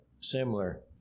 similar